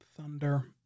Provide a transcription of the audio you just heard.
Thunder